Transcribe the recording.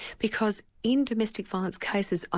because in domestic violence cases, ah